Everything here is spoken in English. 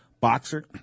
boxer